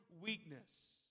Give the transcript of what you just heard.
weakness